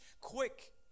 quick